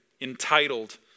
entitled